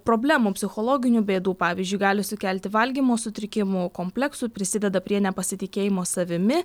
problemų psichologinių bėdų pavyzdžiui gali sukelti valgymo sutrikimų kompleksų prisideda prie nepasitikėjimo savimi